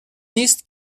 نیست